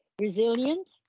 resilient